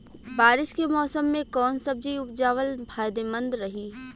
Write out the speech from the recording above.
बारिश के मौषम मे कौन सब्जी उपजावल फायदेमंद रही?